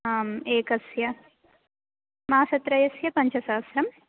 आम् एकस्य मासत्रयस्य पञ्चसहस्रं